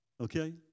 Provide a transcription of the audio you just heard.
okay